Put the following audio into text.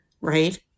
right